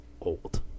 old